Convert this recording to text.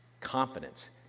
confidence